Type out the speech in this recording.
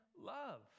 love